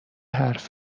حرف